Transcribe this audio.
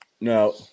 No